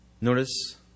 Notice